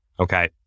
Okay